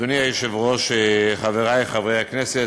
אדוני היושב-ראש, חברי חברי הכנסת,